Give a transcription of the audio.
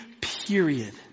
period